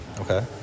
Okay